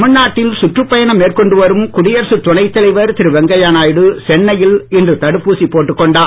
தமிழ்நாட்டில் சுற்றுப் பயணம் மேற்கொண்டு வரும் குடியரசு துணைத் தலைவர் திரு வெங்கைய நாயுடு சென்னையில் இன்று தடுப்பூசி போட்டுக் கொண்டார்